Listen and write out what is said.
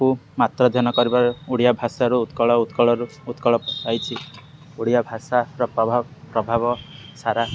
କୁ ମାତ୍ର କରିବାରେ ଓଡ଼ିଆ ଭାଷାରୁ ଉତ୍କଳ ଉତ୍କଳରୁ ଉତ୍କଳ ପାଇଛି ଓଡ଼ିଆ ଭାଷାର ପ୍ରଭାବ ପ୍ରଭାବ ସାରା